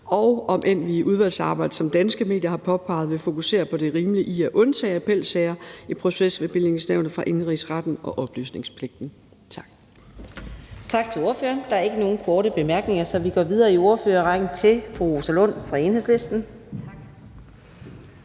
og om end vi i udvalgsarbejdet, som Danske Medier har påpeget, vil fokusere på det rimelige i at undtage appelsager i Procesbevillingsnævnet fra indsigtsretten og oplysningspligten. Tak.